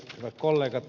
hyvät kollegat